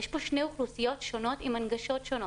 יש פה שתי אוכלוסיות שונות עם הנגשות שונות.